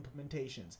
implementations